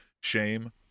shame